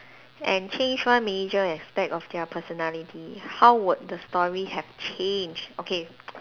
and change one major aspect of their personality how would the story have changed